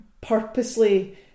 purposely